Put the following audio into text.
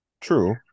True